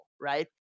right